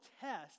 test